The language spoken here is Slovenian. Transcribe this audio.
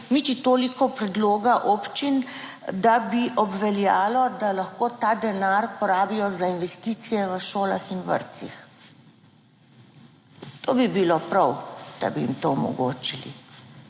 niti toliko predloga občin, da bi obveljalo, da lahko ta denar porabijo za investicije v šolah in vrtcih. To bi bil **29. TRAK: (TB) -